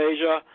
Asia